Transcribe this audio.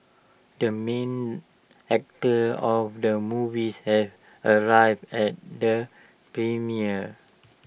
the main actor of the movies have arrived at the premiere